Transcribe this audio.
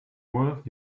worth